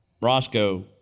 Roscoe